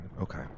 Okay